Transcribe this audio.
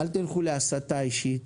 אל תלכו להסתה אישית